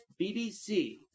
BBC